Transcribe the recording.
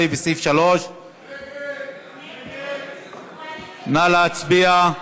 17 בסעיף 3. נא להצביע.